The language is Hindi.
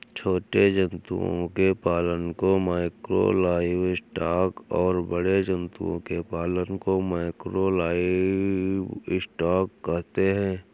छोटे जंतुओं के पालन को माइक्रो लाइवस्टॉक और बड़े जंतुओं के पालन को मैकरो लाइवस्टॉक कहते है